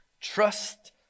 trust